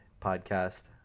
podcast